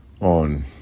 on